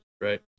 right